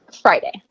friday